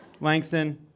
Langston